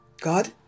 God